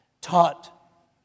taught